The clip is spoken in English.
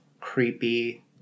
creepy